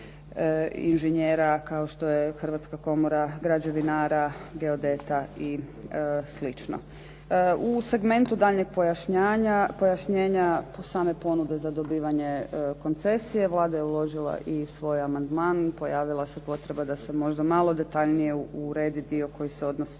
inžinjera kao što je Hrvatska komora građevinara, geodeta i slično. U segmentu daljnjeg pojašnjenja same ponude za dobivanje koncesije Vlada je uložila i svoj amandman i pojavila se potreba da se možda malo detaljnije uredi dio koji se odnosi